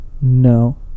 No